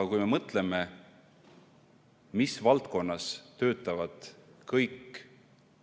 Aga mõtleme, mis valdkonnas töötavad kõik